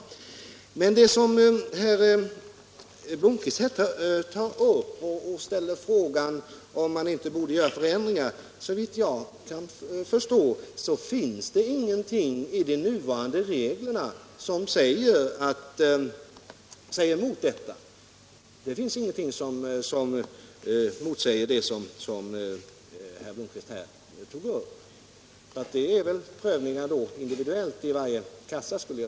I den fråga som herr Blomkvist tar upp, om man inte borde göra sådana här förändringar, finns det såvitt jag kan förstå ingenting i de nuvarande reglerna som motsäger detta. Det får väl bli individuella prövningar i varje kassa.